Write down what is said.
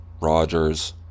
Rogers